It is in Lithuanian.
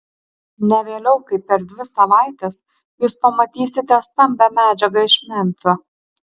ne vėliau kaip per dvi savaites jūs pamatysite stambią medžiagą iš memfio